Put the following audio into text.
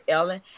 Ellen